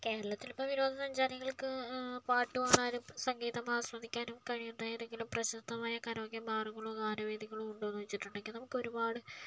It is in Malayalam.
കേരളത്തിലിപ്പോൾ വിനോദ സഞ്ചാരികൾക്ക് പാട്ടു പാടാനും സംഗീതം ആസ്വദിക്കാനും കഴിയുന്ന ഏതെങ്കിലും പ്രശസ്തമായ കരോക്കെ ബാറുകളോ ഗാനവേദികളോ ഉണ്ടോയെന്നു ചോദിച്ചിട്ടുണ്ടെങ്കിൽ നമുക്കൊരുപാട്